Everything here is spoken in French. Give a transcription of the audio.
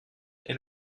est